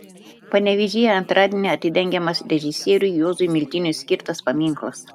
panevėžyje antradienį atidengiamas režisieriui juozui miltiniui skirtas paminklas